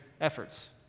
efforts